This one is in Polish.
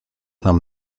nam